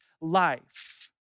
life